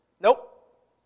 Nope